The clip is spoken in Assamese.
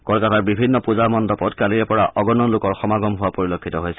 কলকাতাৰ বিভিন্ন পূজা মণ্ডপত কালিৰে পৰা অগনন লোকৰ সমাগম হোৱা পৰিলক্ষিত হয়